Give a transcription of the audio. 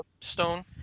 stone